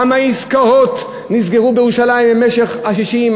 כמה עסקאות נסגרו בירושלים במשך 60,